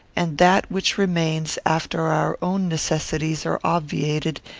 and that which remains, after our own necessities are obviated,